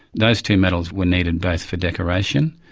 those two metals were needed both for decoration,